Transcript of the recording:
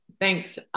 thanks